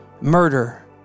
murder